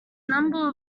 number